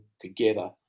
together